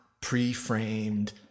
pre-framed